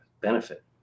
benefit